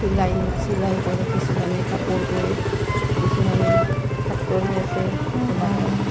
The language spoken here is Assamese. চিলাই চিলাই কৰে কিছুমানে কাপোৰ বয়ে কিছুমানে ফেক্টৰী আছে কিছুমানৰ